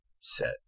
set